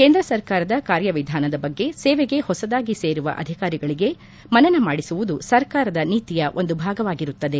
ಕೇಂದ್ರ ಸರ್ಕಾರದ ಕಾರ್ಯ ವಿಧಾನದ ಬಗ್ಗೆ ಸೇವೆಗೆ ಹೊಸದಾಗಿ ಸೇರುವ ಅಧಿಕಾರಿಗಳಗೆ ಮನನ ಮಾಡಿಸುವುದು ಸರ್ಕಾರದ ನೀತಿಯ ಒಂದು ಭಾಗವಾಗಿರುತ್ತದೆ